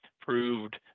proved